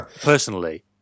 Personally